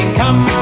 come